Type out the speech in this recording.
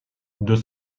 deux